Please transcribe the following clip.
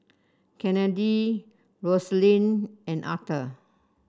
Kennedi Rosalind and Arther